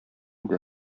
иде